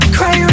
Cry